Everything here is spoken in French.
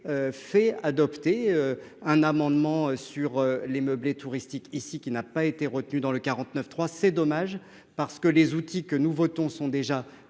Fait adopter un amendement sur les meublés touristiques ici qui n'a pas été retenu dans le 49 3. C'est dommage parce que les outils que nous votons sont déjà